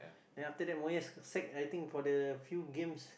then after that Moyes sacked I think for the few games